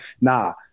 nah